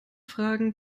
fragen